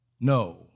No